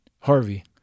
Harvey